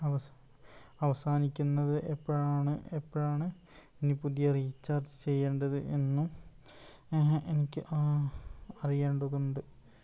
അവസാനിക്കുന്നത് എപ്പോഴാണ് എപ്പോഴാണ് ഇനി പുതിയ റീചാർജ് ചെയ്യേണ്ടത് എന്നും എനിക്ക് അറിയേണ്ടതുണ്ട്